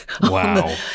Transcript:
Wow